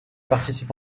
participe